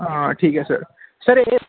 ਹਾਂ ਠੀਕ ਹੈ ਸਰ ਸਰ ਇਹ